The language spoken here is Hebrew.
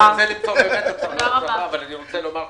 הישיבה נעולה.